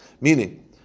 Meaning